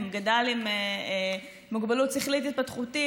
אם גדל עם מוגבלות שכלית-התפתחותית,